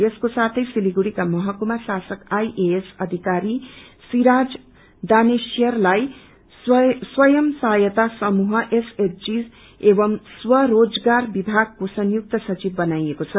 यसको साथै सिलगड़ीका महकुमा शासक आईएएस अधिकरी सिराज दानेश्यारलाई स्व साहायता समूह एवं स्व रोजगार विभागको संयक्त सचिव बनाईएको छ